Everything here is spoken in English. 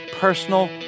personal